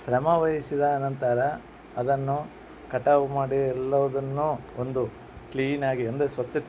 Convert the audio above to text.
ಶ್ರಮ ವಹಿಸಿದ ನಂತರ ಅದನ್ನು ಕಟಾವು ಮಾಡಿ ಎಲ್ಲಾವುದನ್ನು ಒಂದು ಕ್ಲೀನಾಗಿ ಅಂದರೆ ಸ್ವಚ್ಛತೆ